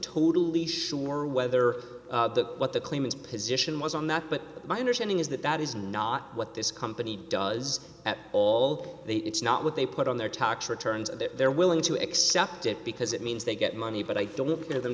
totally sure whether what the claim its position was on that but my understanding is that that is not what this company does at all it's not what they put on their tax returns they're willing to accept it because it means they get money but i don't know them